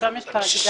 שם יש את ההגדרה